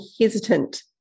hesitant